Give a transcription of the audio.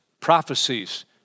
prophecies